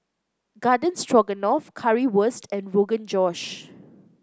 Garden Stroganoff Currywurst and Rogan Josh